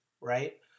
right